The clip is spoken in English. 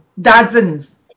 dozens